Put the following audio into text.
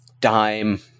dime